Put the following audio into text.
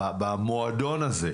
במועדון הזה.